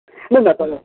न न तद्